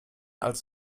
als